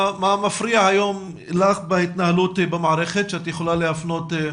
מה מפריע היום לך בהתנהלות במערכת שאת יכולה להפנות?